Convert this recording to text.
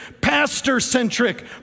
pastor-centric